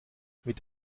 mit